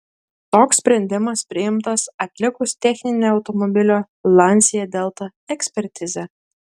toks sprendimas priimtas atlikus techninę automobilio lancia delta ekspertizę